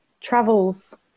travels